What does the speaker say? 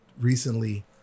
recently